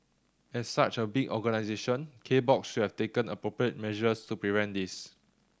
as such a big organisation K Box should have taken appropriate measures to prevent this